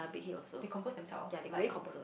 they compose themself like